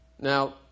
Now